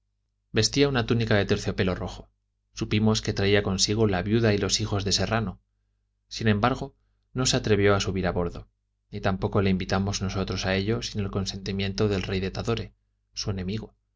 vestía una túnica de terciopelo rojo supimos que traía consigo la viuda y los hijos de serrano sin embargo no se atrevió a subir a bordo ni tampoco le invitamos nosotros a ello sin el consentimiento del rey de tadore su enemigo